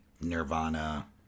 Nirvana